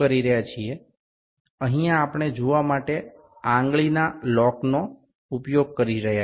দেখুন এখানে আমরা আঙ্গুল দিয়ে আটকানোর পদ্ধতিটি ব্যবহার করছি